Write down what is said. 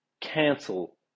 cancel